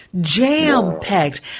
Jam-packed